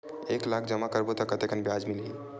एक लाख जमा करबो त कतेकन ब्याज मिलही?